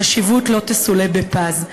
החשיבות לא תסולא בפז.